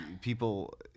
people